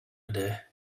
today